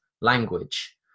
language